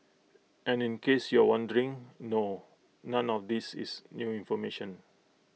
and in case you're wondering no none of these is new information